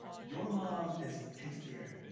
your mom is tastier.